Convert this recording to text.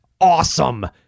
awesome